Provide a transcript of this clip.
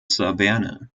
saverne